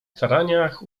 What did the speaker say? staraniach